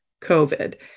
COVID